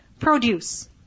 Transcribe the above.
produce